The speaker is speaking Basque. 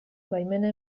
baimena